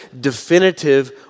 definitive